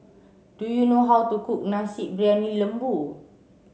do you know how to cook Nasi Briyani Lembu